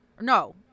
no